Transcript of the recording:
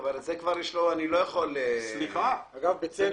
אגב, בצדק.